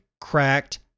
cracked